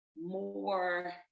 more